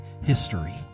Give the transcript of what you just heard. history